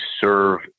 serve